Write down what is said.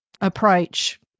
approach